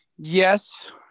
Yes